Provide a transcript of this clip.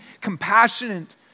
compassionate